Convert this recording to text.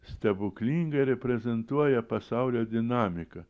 stebuklingai reprezentuoja pasaulio dinamiką